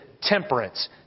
temperance